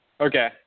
Okay